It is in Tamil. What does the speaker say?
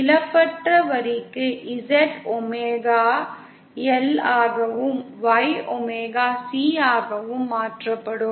இழப்பற்ற வரிக்கு Z ஒமேகா L ஆகவும் Y ஒமேகா C ஆகவும் மாற்றப்படும்